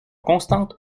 constante